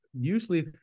Usually